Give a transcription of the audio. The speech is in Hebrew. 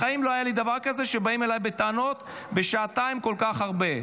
בחיים לא היה לי דבר כזה שבאים אליי בטענות בשעתיים כל כך הרבה.